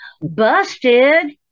Busted